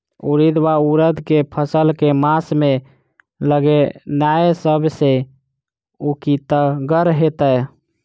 उड़ीद वा उड़द केँ फसल केँ मास मे लगेनाय सब सऽ उकीतगर हेतै?